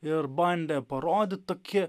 ir bandė parodyt tokie